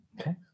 Okay